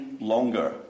longer